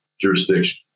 jurisdiction